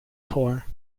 poor